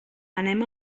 anem